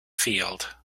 field